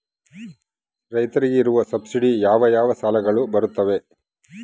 ರೈತರಿಗೆ ಇರುವ ಸಬ್ಸಿಡಿ ಯಾವ ಯಾವ ಸಾಲಗಳು ಬರುತ್ತವೆ?